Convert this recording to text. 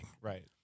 Right